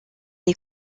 est